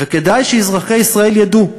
וכדאי שאזרחי ישראל ידעו,